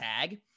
tag